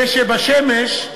זה שבשמש,